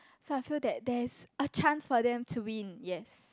so I feel that there's a chance for them to win yes